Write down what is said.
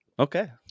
Okay